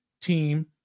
team